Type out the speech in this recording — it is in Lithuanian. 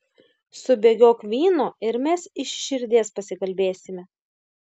subėgiok vyno ir mes iš širdies pasikalbėsime